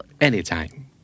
Anytime